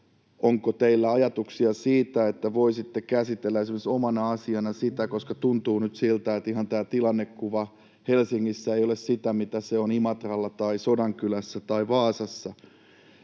onko teillä ajatuksia, että voisitte käsitellä sitä esimerkiksi omana asiana, koska tuntuu nyt siltä, että ihan tämä tilannekuva Helsingissä ei ole sitä, mitä se on Imatralla tai Sodankylässä tai Vaasassa?